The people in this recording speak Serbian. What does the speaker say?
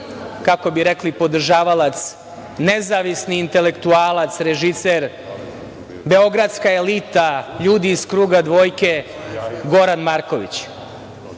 kako bi rekli podržavalac, nezavisni intelektualac, režiser, beogradska elita, ljudi iz kruga dvojke, Goran Marković. Možda